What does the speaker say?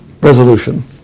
resolution